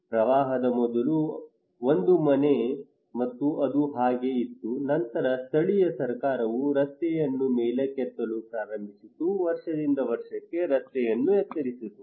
ಪ್ರವಾಹದ ಮೊದಲು ಅದು ಒಂದು ಮನೆ ಮತ್ತು ಅದು ಹಾಗೆ ಇತ್ತು ನಂತರ ಸ್ಥಳೀಯ ಸರ್ಕಾರವು ರಸ್ತೆಯನ್ನು ಮೇಲಕ್ಕೆತ್ತಲು ಪ್ರಾರಂಭಿಸಿತು ವರ್ಷದಿಂದ ವರ್ಷಕ್ಕೆ ರಸ್ತೆಯನ್ನು ಎತ್ತರಿಸಿತು